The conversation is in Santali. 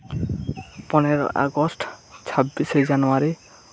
ᱯᱚᱱᱮᱨᱚ ᱟᱜᱚᱥᱴ ᱪᱷᱟᱵᱵᱤᱥᱮ ᱡᱟᱱᱩᱣᱟᱨᱤ